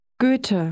Goethe